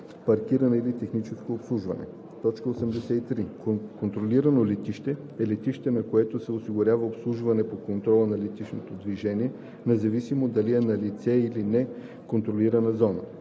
паркиране или техническо обслужване. 83. „Контролирано летище“ е летище, на което се осигурява обслужване по контрол на летищното движение, независимо дали е налице или не контролирана зона.